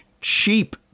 cheap